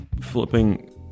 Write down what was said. Flipping